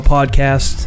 Podcast